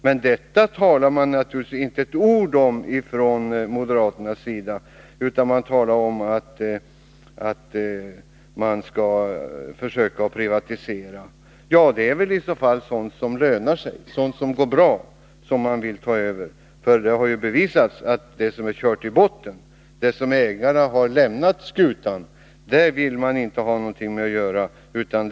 Men detta säger man naturligtvis inte ett ord om från moderaternas sida, utan man talar om att man skall försöka privatisera. Ja, det är väl i så fall sådan verksamhet som lönar sig, som går bra, som man vill ta över. Det har ju bevisats att man inte vill ha att göra med det som körts i botten och där ägarna har lämnat skutan.